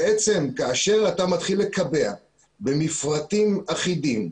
בעצם כאשר אתה מתחיל לקבע במפרטים אחידים,